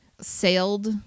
sailed